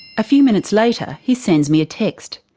a few minutes later, he sends me a text.